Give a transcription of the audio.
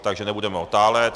Takže nebudeme otálet.